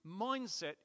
mindset